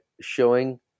showing